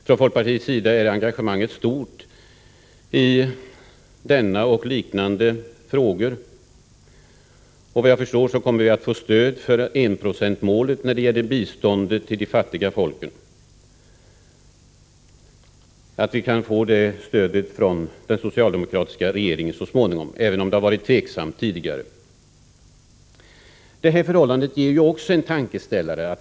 Från folkpartiets sida är engagemanget stort i denna och liknande frågor. Vi torde få stöd från socialdemokraternas sida för enprocentsmålet när det gäller biståndet till de fattiga folken — även om det varit tveksamt tidigare hur det skulle bli med den saken. Det här förhållandet ger oss en tankeställare.